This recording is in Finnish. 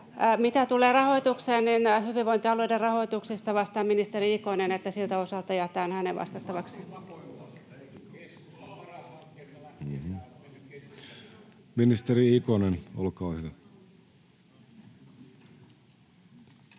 Mitä tulee rahoitukseen, niin hyvinvointialueiden rahoituksesta vastaa ministeri Ikonen, niin että siltä osalta jätän hänen vastattavakseen. [Antti Kurvinen: Vastuun